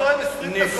אתה נואם כבר 20 דקות,